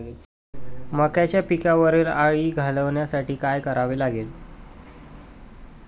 मक्याच्या पिकावरील अळी घालवण्यासाठी काय करावे लागेल?